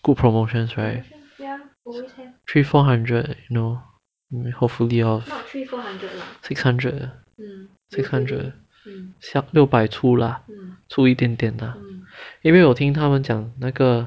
good promotions right three four hundred you know hopefully lor six hundred ah six hundred 六百处 lah 处一点点的因为我听他们讲那个